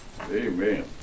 Amen